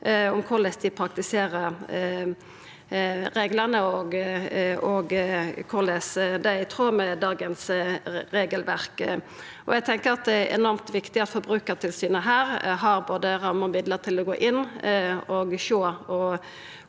om korleis dei praktiserer reglane, og korleis det er i tråd med dagens regelverk. Eg tenkjer det er enormt viktig at Forbrukartilsynet har både rammer og midlar til å gå inn og sjå